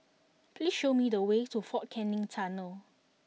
please show me the way to Fort Canning Tunnel